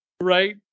Right